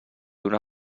una